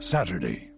Saturday